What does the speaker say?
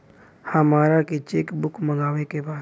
हमारा के cheque book मगावे के बा?